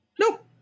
Nope